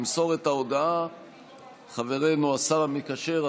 ימסור את ההודעה חברנו השר המקשר,